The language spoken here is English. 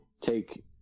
take